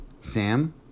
Sam